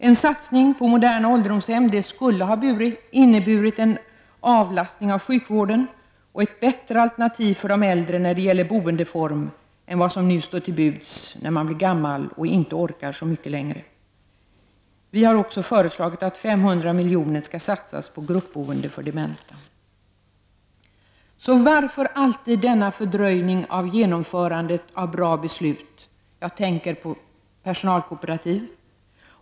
En satsning på moderna ålderdomshem skulle ha inneburit en avlastning av sjukvården och ett bättre alternativ för de äldre när det gäller boendeform än vad som nu står till buds när man blir gammal och inte orkar så mycket längre. Vi har också föreslagit att 500 milj.kr. skall satsas på gruppboende för dementa. Så varför alltid denna fördröjning av genomförandet av bra beslut? Jag tänker på personalkooperativen.